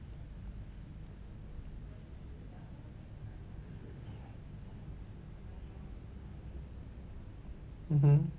mmhmm